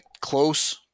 close